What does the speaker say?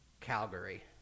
Calgary